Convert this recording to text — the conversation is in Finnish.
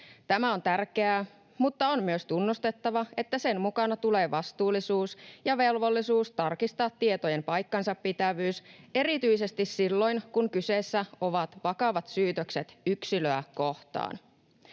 Tämä on tärkeää, mutta on myös tunnustettava, että sen mukana tulee vastuullisuus ja velvollisuus tarkistaa tietojen paikkansapitävyys, erityisesti silloin kun kyseessä ovat vakavat syytökset yksilöä kohtaan.